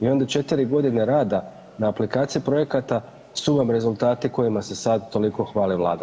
I onda 4 godine rada na aplikaciji projekata su vam rezultati kojima se sad toliko hvali Vlada.